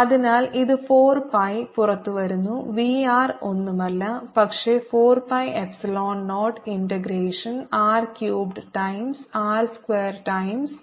അതിനാൽ ഇത് 4 pi പുറത്തുവരുന്നു v r ഒന്നുമല്ല പക്ഷേ 4 pi epsilon 0 integration r cubed times r square times